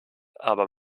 aber